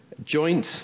Joint